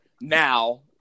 now